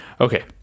Okay